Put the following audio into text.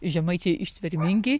žemaičiai ištvermingi